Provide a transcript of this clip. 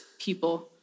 people